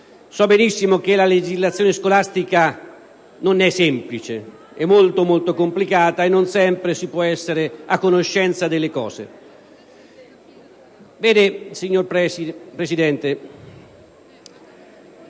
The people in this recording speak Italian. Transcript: So benissimo che la legislazione scolastica non è semplice, ma è molto complicata e non sempre si può essere a conoscenza delle cose.